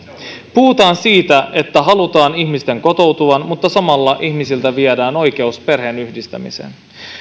puhutaan siitä että halutaan ihmisten kotoutuvan mutta samalla ihmisiltä viedään oikeus perheenyhdistämiseen